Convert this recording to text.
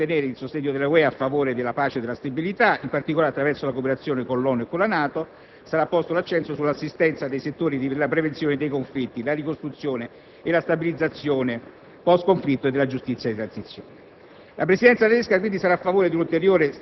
Le future Presidenze si impegnano a mantenere il sostegno dell'UE a favore della pace e della stabilità, in particolare attraverso la cooperazione con l'ONU e con la NATO. Sarà posto l'accento sull'assistenza nei settori della prevenzione dei conflitti, della ricostruzione e stabilizzazione postconflitti e della giustizia di transizione.